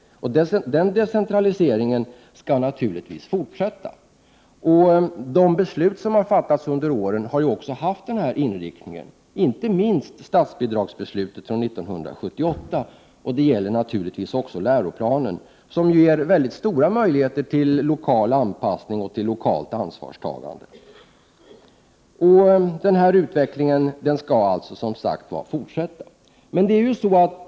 Den decentraliseringen skall naturligtvis fortsätta. De beslut som har fattats under åren har också haft den inriktningen, inte minst statsbidragsbeslutet från 1978, som ger stora möjligheter till lokal anpassning och till lokalt ansvarstagande. Detta gäller naturligtvis också läroplanen. Den här utvecklingen skall fortsätta.